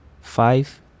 five